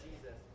Jesus